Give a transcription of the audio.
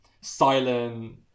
silent